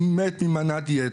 הוא מת עם מנת יתר,